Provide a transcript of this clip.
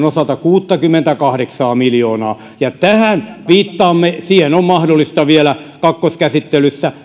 osalta kuuttakymmentäkahdeksaa miljoonaa ja tähän viittaamme siihen on mahdollista vielä kakkoskäsittelyssä